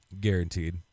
guaranteed